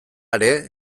ere